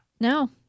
No